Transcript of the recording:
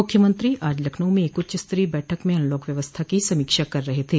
मुख्यमंत्री आज लखनऊ में एक उच्च स्तरीय बैठक में अनलॉक व्यवस्था की समीक्षा कर रहे थे